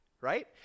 Right